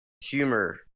humor